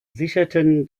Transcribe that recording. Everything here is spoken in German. sicherten